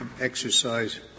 exercise